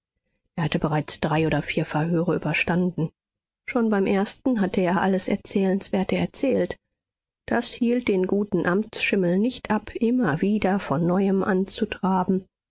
er hatte bereits drei oder vier verhöre überstanden schon beim ersten hatte er alles erzählenswerte erzählt das hielt den guten amtsschimmel nicht ab immer wieder von neuem anzutraben man